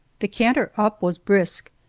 the canter up was brisk,